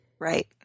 Right